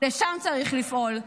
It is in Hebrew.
לשם צריך לפעול.